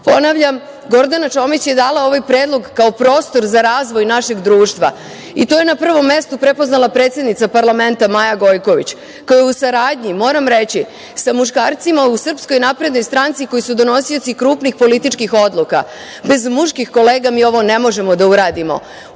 nazad. Ponavljam, Gordana Čomić je dala ovaj predlog kao prostor za razvoj našeg društva i to je na prvom mestu prepoznala predsednica parlamenta Maja Gojković, kao u saradnji, moram reći sa muškarcima u SNS, koji su donosioci krupnih političkih odluka, bez muških kolega mi ovo ne možemo da uradimo.